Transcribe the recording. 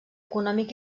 econòmic